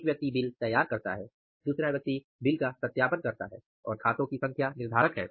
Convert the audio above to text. एक व्यक्ति बिल तैयार करता है दूसरा व्यक्ति बिल का सत्यापन करता है और खातों की संख्या निर्धारक है